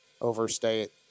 overstate